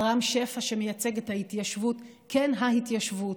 על רם שפע, שמייצג את ההתיישבות, כן, ההתיישבות,